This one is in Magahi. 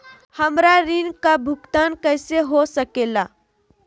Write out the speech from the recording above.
हमरा ऋण का भुगतान कैसे हो सके ला?